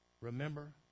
Remember